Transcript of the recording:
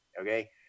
Okay